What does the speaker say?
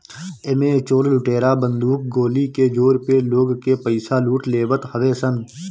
एमे चोर लुटेरा बंदूक गोली के जोर पे लोग के पईसा लूट लेवत हवे सन